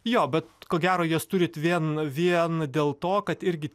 jo bet ko gero jas turit vien vien dėl to kad irgi